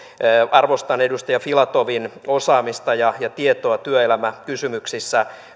arvostan edustaja filatovin osaamista ja ja tietoa työelämäkysymyksissä